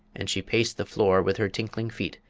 and she paced the floor with her tinkling feet,